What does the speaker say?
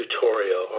tutorial